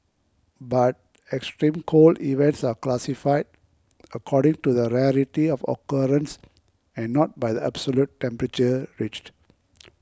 but extreme cold events are classified according to the rarity of occurrence and not by the absolute temperature reached